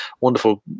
wonderful